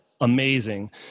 amazing